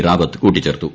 റാവത്ത് കൂട്ടിച്ചേർത്തു